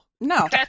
No